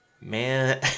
man